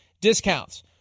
discounts